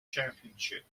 championship